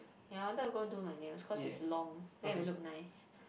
ya I wanted go do my nails cause is long then it will look nice